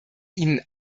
ihnen